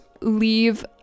leave